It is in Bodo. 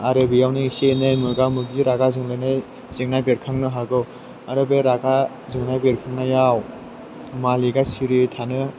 आरो बेयावनो एसे एनै मोगा मोगि रागा जोंलायनाय जेंना बेरखांनो हागौ आरो बे रागा जोंनाय बेरखांनायाव मालिका सिरियै थानो